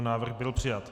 Návrh byl přijat.